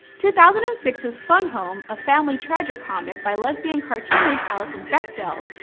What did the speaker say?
two thousand and six s fun home a family tragicomic by lesbian cartoonist alison bechdel,